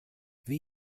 wie